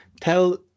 tell